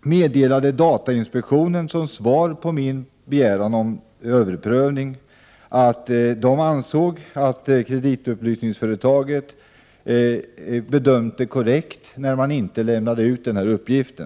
meddelade datainspektionen som svar på min begäran om överprövning att den ansåg att kreditupplysningsföretaget hade gjort en korrekt bedömning när det inte lämnade ut denna uppgift.